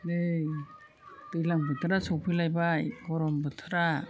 नै दैज्लां बोथोरा सफैलायबाय गरम बोथोरा